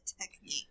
technique